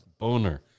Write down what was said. Boner